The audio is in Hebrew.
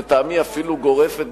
לטעמי אפילו גורפת,